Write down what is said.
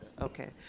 okay